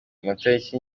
amatariki